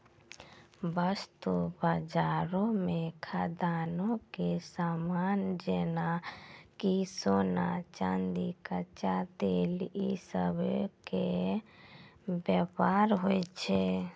वस्तु बजारो मे खदानो के समान जेना कि सोना, चांदी, कच्चा तेल इ सभ के व्यापार होय छै